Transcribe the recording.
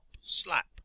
slap